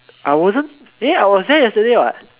I wasn't eh I was there yesterday [what]